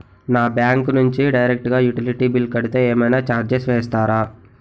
నా బ్యాంక్ నుంచి డైరెక్ట్ గా యుటిలిటీ బిల్ కడితే ఏమైనా చార్జెస్ వేస్తారా?